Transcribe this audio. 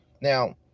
Now